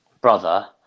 brother